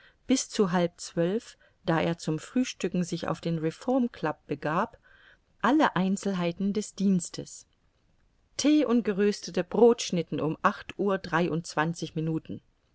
bis zu halb zwölf da er zum frühstücken sich auf den reformclub begab alle einzelheiten des dienstes thee und geröstete brodschnitten um acht uhr dreiundzwanzig minuten